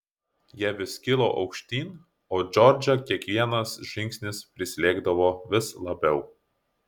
jie vis kilo aukštyn o džordžą kiekvienas žingsnis prislėgdavo vis labiau